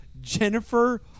Jennifer